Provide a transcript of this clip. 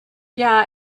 yeah